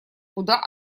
куда